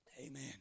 Amen